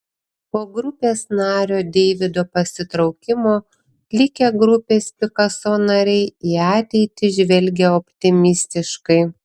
po grupės nario deivido pasitraukimo likę grupės pikaso nariai į ateitį žvelgia optimistiškai